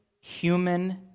human